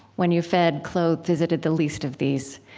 when you fed, clothed, visited the least of these.